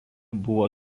buvo